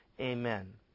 Amen